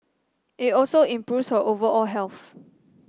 it also improves her overall health